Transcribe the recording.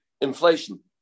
Inflation